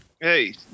Hey